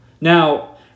Now